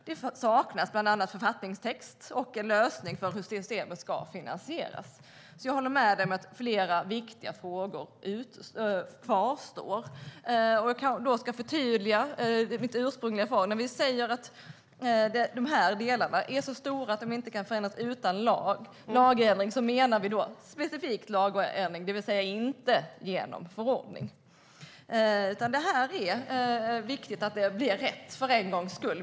Det saknas bland annat författningstext och en lösning för systemets finansiering, så jag håller med om att flera viktiga frågor kvarstår. Jag kanske ska förtydliga mitt interpellationssvar. När vi säger att de här delarna är så stora att de inte kan förändras utan lagändring menar vi specifikt lagändring, det vill säga inte förändras genom förordning. Det är viktigt att det blir rätt för en gångs skull.